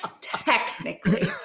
technically